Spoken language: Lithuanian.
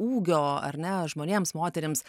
ūgio ar ne žmonėms moterims